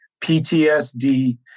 PTSD